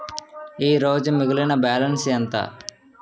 ఈరోజు మిగిలిన బ్యాలెన్స్ ఎంత?